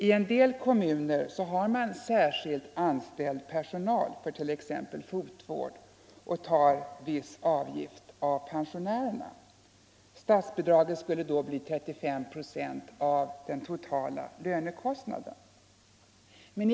I en del kommuner har man speciell personal anställd för t.ex. fotvård och tar en viss avgift av pensionärerna. Statsbidraget skulle då bli 35 procent av den totala lönekostnaden.